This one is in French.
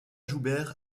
joubert